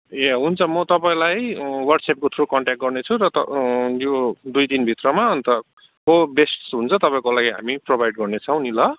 ए हुन्छ म तपााईँलाई वाट्सएपको थ्रु कन्ट्याक गर्नेछु र यो दुई दिनभित्रमा अन्त को बेस्ट हुन्छ तपाईँको लागि हामी प्रोभाइड गर्नेछौँ नि ल